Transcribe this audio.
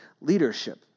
leadership